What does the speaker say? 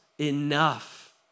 enough